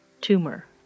tumor